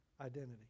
identity